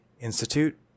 Institute